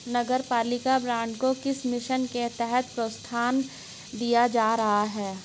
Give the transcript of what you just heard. नगरपालिका बॉन्ड को किस मिशन के तहत प्रोत्साहन दिया जा रहा है?